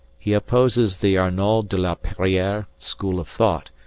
he opposes the arnauld de la perriere school of thought,